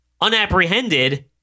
unapprehended